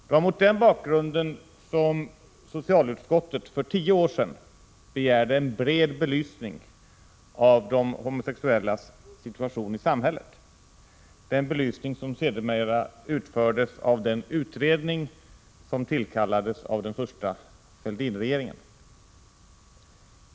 Det var mot den bakgrunden som socialutskottet för tio år sedan begärde en bred belysning av de homosexuellas situation i samhället, den belysning som sedermera utfördes av den utredning som tillkallades av den första Fälldinregeringen.